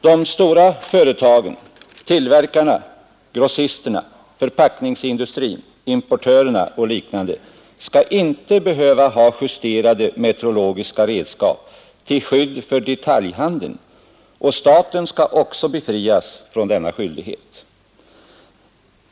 De stora företagen, tillverkarna, grossisterna, förpackningsindustrin, importörerna och liknande skall inte behöva ha justerade metrologiska redskap till skydd för detaljhandeln, och staten skall också befrias från denna skyldighet.